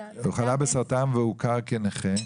הוא חלה בסרטן והוכר כנכה.